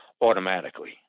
automatically